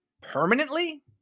permanently